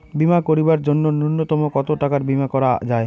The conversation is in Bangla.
বীমা করিবার জন্য নূন্যতম কতো টাকার বীমা করা যায়?